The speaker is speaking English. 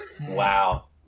Wow